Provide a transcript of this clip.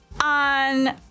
on